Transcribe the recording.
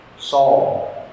Saul